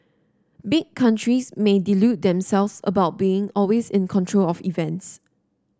big countries may delude themselves about being always in control of events